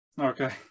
okay